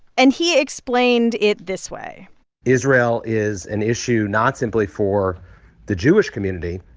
and he explained it this way israel is an issue not simply for the jewish community.